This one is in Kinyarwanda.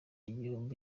igihombo